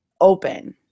open